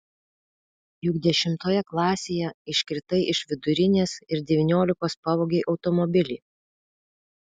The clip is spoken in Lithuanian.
juk dešimtoje klasėje iškritai iš vidurinės ir devyniolikos pavogei automobilį